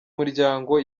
miryango